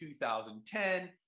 2010